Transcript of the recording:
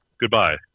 Goodbye